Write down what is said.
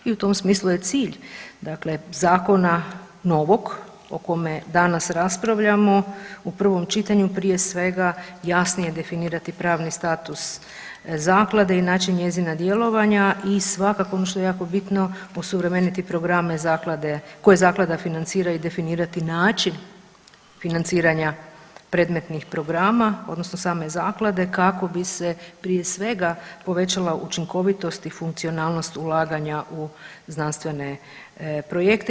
I u tom smislu je cilj dakle zakona novog o kome danas raspravljamo u prvom čitanju prije svega jasnije definirati pravni status zaklade i način njezina djelovanja i svakako ono što je jako bitno osuvremeniti programe koje zaklada financira i definirati način financiranja predmetnih programa odnosno same zaklade kako bi se prije svega povećala učinkovitost i funkcionalnost ulaganja u znanstvene projekte.